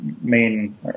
main